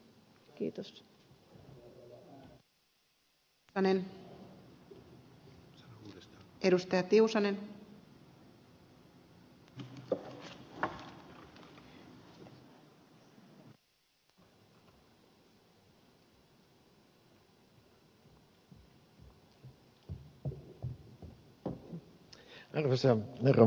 arvoisa rouva puhemies